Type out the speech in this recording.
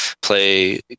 play